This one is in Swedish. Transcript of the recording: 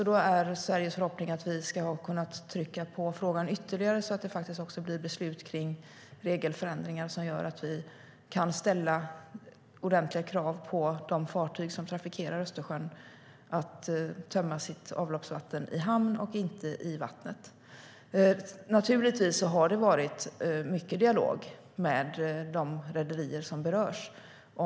Då är Sveriges förhoppning att vi ska ha kunnat trycka på i frågan ytterligare, så att det faktiskt också fattas beslut om regelförändringar som gör att vi kan ställa ordentliga krav på de fartyg som trafikerar Östersjön om att tömma sitt avloppsvatten i hamn och inte i havet. Naturligtvis har det förts mycket dialog om frivilliga åtaganden med de rederier som berörs.